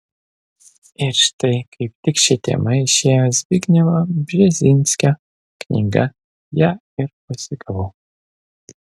ir štai kaip tik šia tema išėjo zbignevo bžezinskio knyga ją ir pasigavau